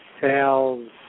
sales